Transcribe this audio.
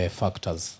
factors